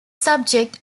subject